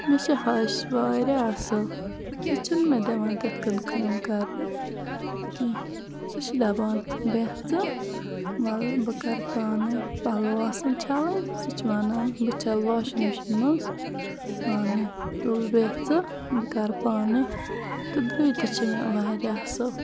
مےٚ چھِ ہش واریاہ اصل سُہ چھنہٕ مےٚ دِوان تِتھ کٔنۍ کٲم کَرنہٕ کینٛہہ سُہ چھِ دَپان بیٚہہ ژٕ وَلہ بہ کَرٕ پانے پَلَو آسَن چھَلٕنۍ سُہ چھِ وَنان بہٕ چھَلہٕ واشِنٛگ مِشیٖن مَنٛز پانے تُل بیٚہہ ژٕ بہٕ کَرٕ پانے تہٕ درے تہِ چھِ مےٚ واریاہ اصل